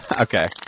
Okay